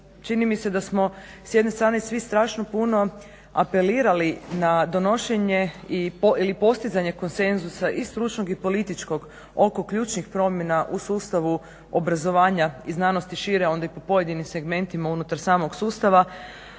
čini mi se da smo s jedne strane svi strašno puno apelirali na donošenje ili postizanje konsenzusa i stručnog i političkog oko ključnih promjena u sustavu obrazovanja i znanosti šire onda i po pojedinim segmentima unutar samog sustava,